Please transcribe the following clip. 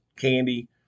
candy